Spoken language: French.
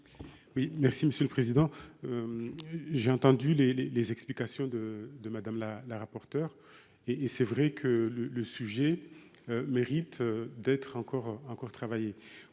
explication de vote. J'ai entendu les explications de Mme la rapporteure : il est vrai que le sujet mérite d'être encore travaillé.